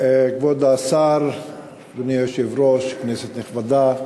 אדוני היושב-ראש, כבוד השר, כנסת נכבדה,